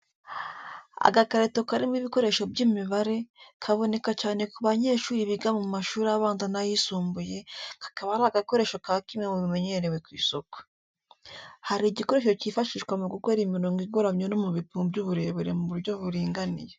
Agakarito karimo ibikoresho by’imibare, kaboneka cyane ku banyeshuri biga mu mashuri abanza n’ayisumbuye, kakaba ari agakoresho ka kimwe mu bimenyerewe ku isoko. Hari igikoresho cyifashishwa mu gukora imirongo igoramye no mu bipimo by’uburebure mu buryo buringaniye.